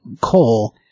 coal